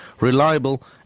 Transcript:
reliable